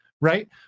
Right